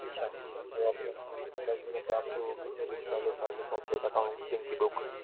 اچھا تو ابھی تو آپ کو کتنے دن پہلے چاہیے کاپریٹ اکاؤنٹنگ کی بک